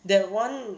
that [one]